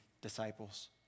disciples